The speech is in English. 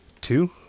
Two